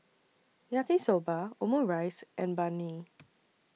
Yaki Soba Omurice and Banh MI